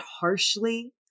harshly